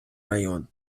район